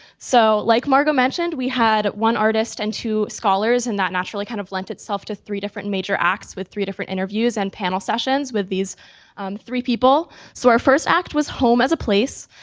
so like margot mentioned, we had one artist and two scholars, and that naturally kind of lent itself to three different major acts with three different interviews and panel sessions with these three people. so our first act was home as a place.